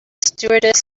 stewardess